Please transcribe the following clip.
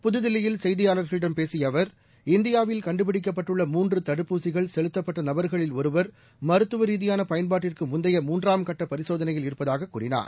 புதுதில்லியில் செய்தியாளர்களிடம் பேசிய அவர்ஜ இந்தியாவில் கண்டுபிடிக்கப்பட்டுள்ள மூன்று தடுப்பூசிகள் செலுத்தப்பட்ட நபர்களில் ஒருவர்ஹ மருத்துவ ரீதியான பயன்பாட்டுக்கு முந்தைய மூன்றாம் கட்ட பரிசோதனையில் இருப்பதாகக் கூறினார்